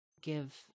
give